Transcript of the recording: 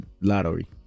Lottery